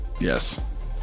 Yes